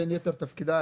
בין יתר תפקידיי,